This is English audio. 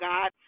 God